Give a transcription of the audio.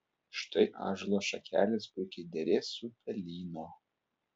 štai ąžuolo šakelės puikiai derės su pelyno